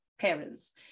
parents